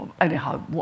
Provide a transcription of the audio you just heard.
anyhow